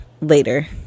later